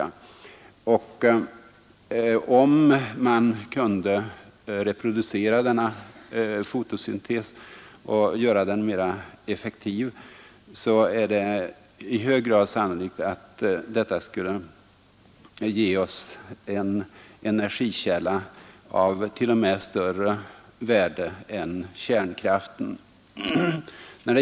Om man kunde reproducera denna fotosyntes och göra den mera effektiv, är det i hög grad sannolikt att detta skulle ge oss en energikälla av t.o.m., större värde än kärnkraften.